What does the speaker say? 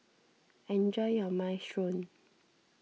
enjoy your Minestrone